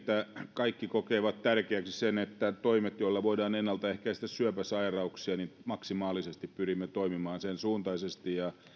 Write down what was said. kaikki kokevat tärkeäksi sen että toimilla joilla voidaan ennaltaehkäistä syöpäsairauksia maksimaalisesti pyrimme toimimaan sensuuntaisesti ja